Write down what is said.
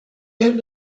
hyn